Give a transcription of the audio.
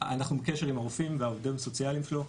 אנחנו בקשר עם הרופאים והעובדים הסוציאליים שלו,